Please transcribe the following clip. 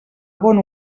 bon